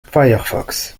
firefox